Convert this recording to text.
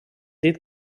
dit